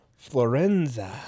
Florenza